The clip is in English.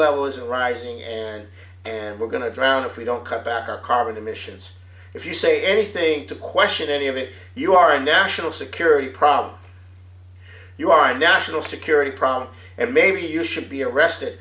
level is rising and and we're going to drown if we don't come back our carbon emissions if you say anything to question any of it you are a national security problem you are a national security problem and maybe you should be arrested